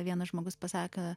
vienas žmogus pasako